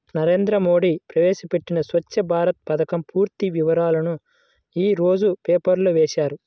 నరేంద్ర మోడీ ప్రవేశపెట్టిన స్వఛ్చ భారత్ పథకం పూర్తి వివరాలను యీ రోజు పేపర్లో వేశారు